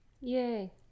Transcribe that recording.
Yay